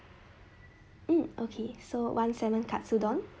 mm okay so one salmon katsudon